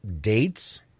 dates